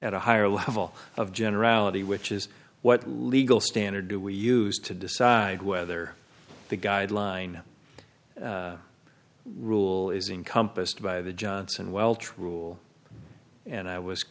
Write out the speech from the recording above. at a higher level of generality which is what legal standard do we use to decide whether the guideline rule is in compassed by the johnson welch rule and i was